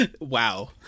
Wow